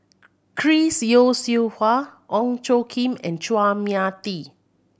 Chris Yeo Siew Hua Ong Tjoe Kim and Chua Mia Tee